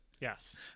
yes